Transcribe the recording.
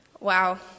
wow